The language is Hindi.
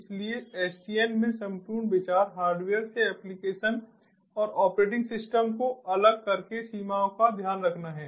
इसलिए SDN में संपूर्ण विचार हार्डवेयर से एप्लिकेशन और ऑपरेटिंग सिस्टम को अलग करके सीमाओं का ध्यान रखना है